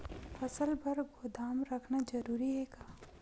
फसल बर गोदाम रखना जरूरी हे का?